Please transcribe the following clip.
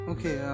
Okay